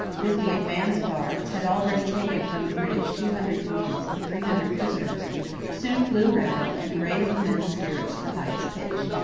with the advance guard, had already taken from the british two hundred canoes and three hundred prisoners soon flew round and raised the men's spirits to the highest pitch.